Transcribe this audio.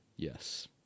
Yes